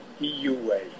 EUA